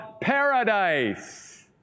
paradise